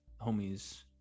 homies